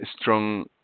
strong